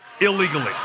illegally